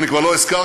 אני כבר לא הזכרתי